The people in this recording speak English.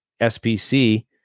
SPC